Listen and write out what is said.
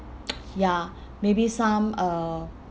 ya maybe some uh